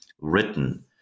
written